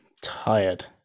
Tired